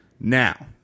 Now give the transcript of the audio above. Now